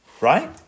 right